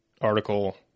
article